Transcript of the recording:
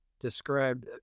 described